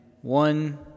one